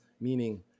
meaning